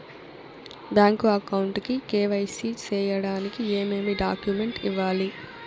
Bank account కు K Y C సేయడానికి ఏమేమి డాక్యుమెంట్ ఇవ్వాలి?